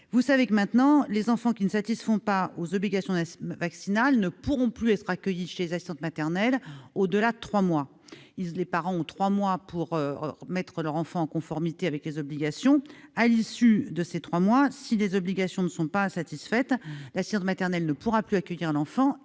sur les enfants. Les enfants qui ne satisfont pas aux obligations vaccinales ne pourront plus être accueillis chez les assistantes maternelles au-delà de trois mois. Les parents ont donc trois mois pour mettre leur enfant en conformité avec ces obligations. Au-delà, si ces obligations ne sont pas satisfaites, l'assistante maternelle ne pourra plus accueillir l'enfant.